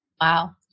Wow